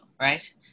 right